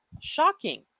Shocking